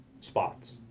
spots